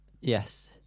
Yes